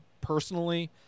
personally